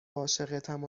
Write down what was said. عاشقتم